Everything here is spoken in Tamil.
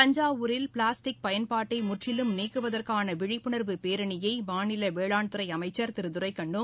தஞ்சாவூரில் பிளாஸ்டிக் பயன்பாட்டை முற்றிலும் நீக்குவதற்கான விழிப்புணர்வு பேரணியை மாநில வேளாண் துறை அமைச்சர் திரு துரைகண்ணு